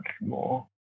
more